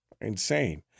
Insane